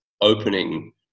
opening